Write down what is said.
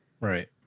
Right